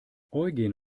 eugen